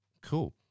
Cool